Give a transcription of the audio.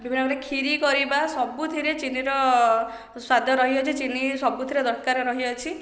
ବିଭିନ୍ନପ୍ରକାର ଖିରୀ କରିବା ସବୁଥିରେ ଚିନିର ସ୍ଵାଦ ରହିଅଛି ଚିନି ସବୁଥିରେ ଦରକାର ରହିଅଛି